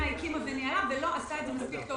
הקימה וניהלה ולא עשתה את זה מספיק טוב.